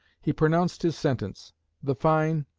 he pronounced his sentence the fine,